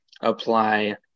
apply